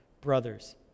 brothers